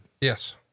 Yes